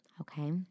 okay